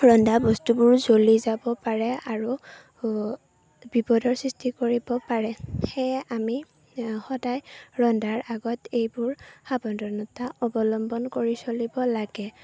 ৰন্ধা বস্তুবোৰো জ্বলি যাব পাৰে আৰু বিপদৰ সৃষ্টি কৰিব পাৰে সেয়ে আমি সদায় ৰন্ধাৰ আগত এইবোৰ সাৱধানতা অৱলম্বন কৰি চলিব লাগে